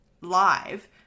live